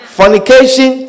fornication